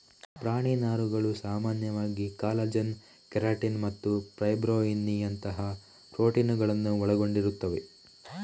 ಪ್ರಾಣಿ ನಾರುಗಳು ಸಾಮಾನ್ಯವಾಗಿ ಕಾಲಜನ್, ಕೆರಾಟಿನ್ ಮತ್ತು ಫೈಬ್ರೊಯಿನ್ನಿನಂತಹ ಪ್ರೋಟೀನುಗಳನ್ನು ಒಳಗೊಂಡಿರುತ್ತವೆ